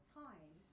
time